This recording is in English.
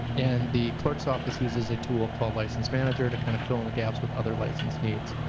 and the clerk's office uses a tool called license manager to kind of fill in the gaps with other license needs.